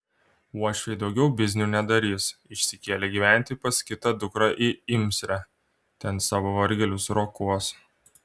uošviai daugiau biznių nedarys išsikėlė gyventi pas kitą dukrą į imsrę ten savo vargelius rokuos